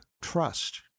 trust